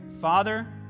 Father